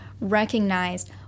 recognized